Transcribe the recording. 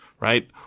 Right